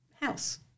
house